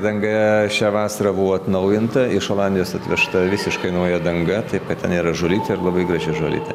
danga šią vasarą buvo atnaujinta iš olandijos atvežta visiškai nauja danga taip kad ten yra žolytė ir labai graži žolytė